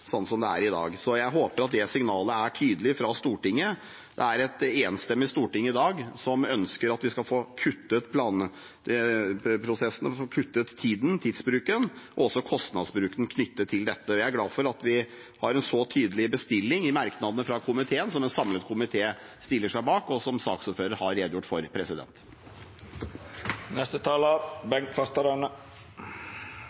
sånn som den er i dag. Jeg håper at det signalet fra Stortinget er tydelig. Det er et enstemmig storting i dag som ønsker at vi skal få kuttet planleggingsprosessen og få kuttet tidsbruken og også kostnadsbruken knyttet til dette. Jeg er glad for at vi har en så tydelig bestilling i merknadene fra komiteen, som en samlet komité stiller seg bak, og som saksordføreren har redegjort for.